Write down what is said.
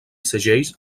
segells